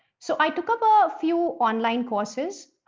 so i took up a few online courses.